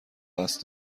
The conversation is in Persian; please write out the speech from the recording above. دست